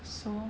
so